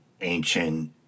ancient